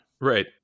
right